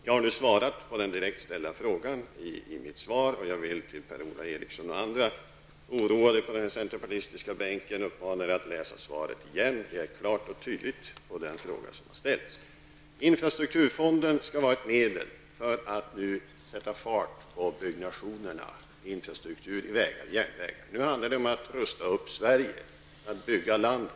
Jag har redan svarat på den direkt ställda frågan, och jag vill uppmana Per-Ola Eriksson och övriga oroade på den centerpartistiska bänken att läsa svaret en gång till. Det är ett klart och tydligt svar på den fråga som har ställts. Infrastrukturfonden skall vara ett medel att sätta fart på byggandet när det gäller infrastruktur, dvs. vägar och järnvägar. Det handlar om att rusta upp Sverige, att bygga landet.